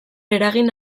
eragin